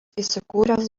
įsikūręs